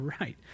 right